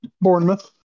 Bournemouth